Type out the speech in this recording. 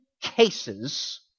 cases